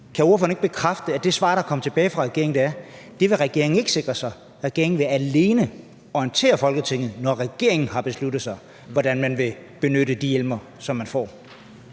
Kan ordføreren ikke bekræfte, at det svar, der kom tilbage fra regeringen, er, at det vil regeringen ikke sikre sig? Regeringen vil alene orientere Folketinget, når regeringen har besluttet sig for, hvordan man vil benytte de hjemler, som man får.